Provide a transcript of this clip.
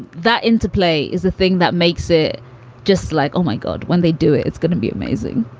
that interplay is the thing that makes it just like, oh, my god, when they do it, it's gonna be amazing,